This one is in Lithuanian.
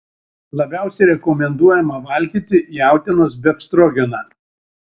labiausiai rekomenduojama valgyti jautienos befstrogeną